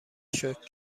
شکر